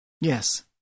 Yes